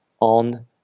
on